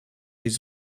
les